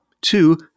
Two